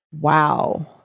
Wow